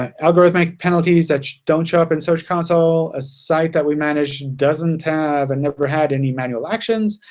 algorithmic penalties that don't show up in search console. a site that we manage doesn't have and never had any manual actions,